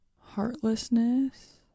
heartlessness